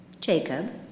Jacob